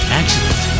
accident